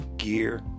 gear